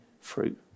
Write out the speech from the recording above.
fruit